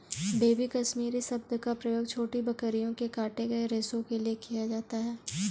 baby Kashmiri शब्द का प्रयोग छोटी बकरियों के काटे गए रेशो के लिए किया जाता है